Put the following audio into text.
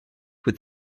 with